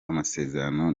amasezerano